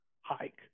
hike